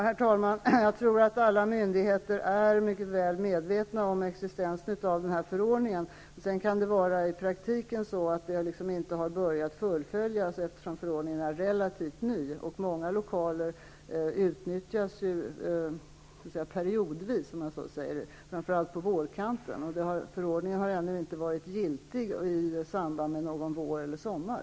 Herr talman! Jag tror att alla myndigheter är mycket väl medvetna om existensen av denna förordningen. I praktiken kan det emellertid vara på det sättet att förordningen inte har börjat tillämpas, eftersom den är relativt ny. Många lokaler utnyttjas periodvis, framför allt på vårkanten, och förordningen har ännu inte varit giltig i samband med vår eller sommar.